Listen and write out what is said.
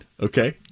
Okay